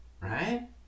right